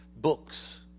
books